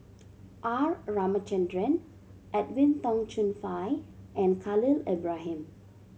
R Ramachandran Edwin Tong Chun Fai and Khalil Ibrahim